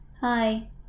hi